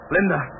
Linda